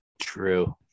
True